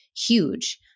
huge